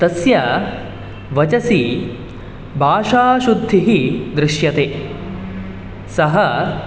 तस्य वचसि भाषाशुद्धिः दृश्यते सः